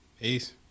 Peace